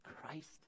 Christ